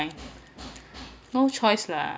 no choice lah